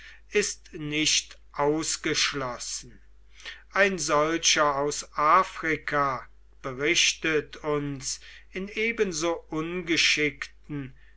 ist nicht ausgeschlossen ein solcher aus afrika berichtet uns in ebenso ungeschickten